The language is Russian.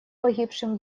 погибшим